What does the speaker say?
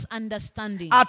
understanding